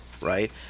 right